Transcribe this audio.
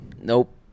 Nope